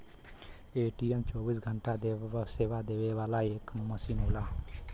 ATM चौबीस घंटा सेवा देवे वाला एक मसीन होला